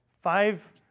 five